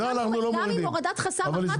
גם אם הורדת חסם אחת לא פתרה- -- מה פתאום שאנחנו נוריד,